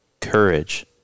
Courage